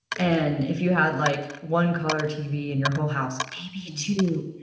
and if you had like one coloured tv in your whole house, maybe two,